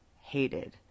hated